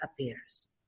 appears